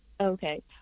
Okay